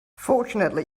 fortunately